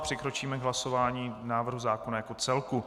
Přikročíme k hlasování o návrhu zákona jako celku.